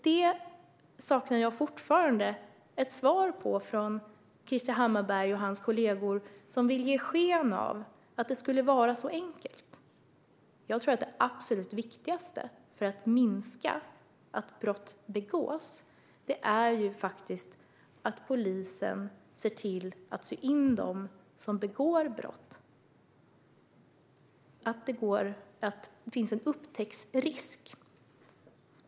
Jag saknar fortfarande ett svar på detta från Krister Hammarbergh och hans kollegor, som vill ge sken av att det skulle vara så enkelt. Jag tror att det absolut viktigaste för att minska antalet brott som begås är att polisen ser till att sy in dem som begår brott och att det finns en upptäcktsrisk.